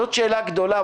זאת שאלה גדולה.